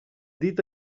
dit